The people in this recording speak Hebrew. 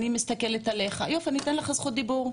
אני מסתכל עליך ואני אתן לזה זכות דיבור,